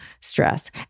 stress